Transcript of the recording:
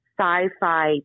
sci-fi